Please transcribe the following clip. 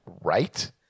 Right